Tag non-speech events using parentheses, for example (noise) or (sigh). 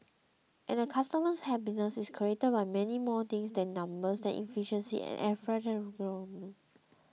and a customer's happiness is created by many more things than numbers and efficiency and (unintelligible)